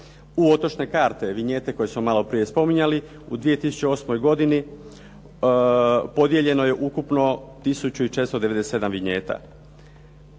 U otočne karte, vinjete koje smo malo prije spominjali u 2008. godini podijeljeno je ukupno 1497 vinjeta.